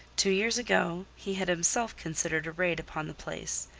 two years ago he had himself considered a raid upon the place,